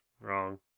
wrong